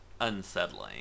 unsettling